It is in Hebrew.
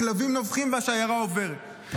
הכלבים נובחים והשיירה עוברת.